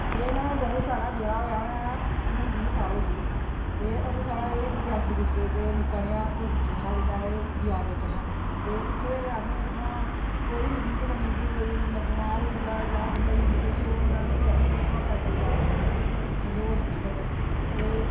एह् न जदूं साढ़ा ब्याह् होया हा ना ते हून बीह् साल होई गे न ते जदूं साढ़े रियासी डिस्टिक च निक्का हारा हस्पिटल हा बजारे च हा ते उत्थें असें इत्थें दा कोई बी मुसीबत बनी जंदी ही कोई बमारर होई जंदा हा जां किश होना ते फ्ही असें इत्थां दा पैद्दल जाना समझो हस्पिटल तक्कर